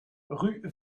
rue